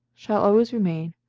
shall always remain,